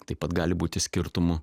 taip pat gali būti skirtumų